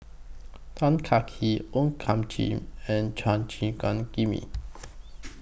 Tan Kah Kee O Thiam Chin and Chua Gim Guan Jimmy